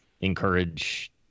encourage